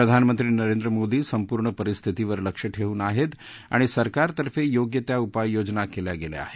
प्रधानमंत्री नरेंद्र मोदी संपूर्ण परिस्थितीवर लक्ष ठेवून आहेत आणि सरकारतर्फे योग्य त्या उपाययोजना केल्या गेल्या आहेत